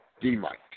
D-Mike